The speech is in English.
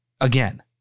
Again